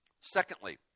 Secondly